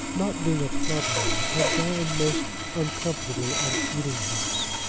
not being a club man, had dined most uncomfortably at an eating-house.